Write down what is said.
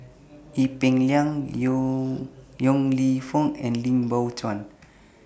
Ee Peng Liang Yo Yong Lew Foong and Lim Biow Chuan